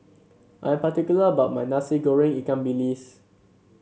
I am particular about my Nasi Goreng Ikan Bilis